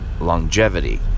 longevity